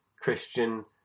Christian